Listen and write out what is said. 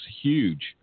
huge